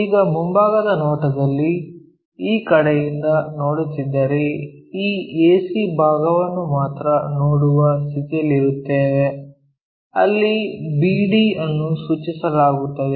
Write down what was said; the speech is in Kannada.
ಈಗ ಮುಂಭಾಗದ ನೋಟದಲ್ಲಿ ಈ ಕಡೆಯಿಂದ ನೋಡುತ್ತಿದ್ದರೆ ಈ ac ಭಾಗವನ್ನು ಮಾತ್ರ ನೋಡುವ ಸ್ಥಿತಿಯಲ್ಲಿರುತ್ತೇವೆ ಅಲ್ಲಿ bd ಅನ್ನು ಸೂಚಿಸಲಾಗುತ್ತದೆ